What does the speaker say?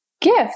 gift